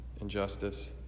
injustice